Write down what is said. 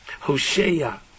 Hosea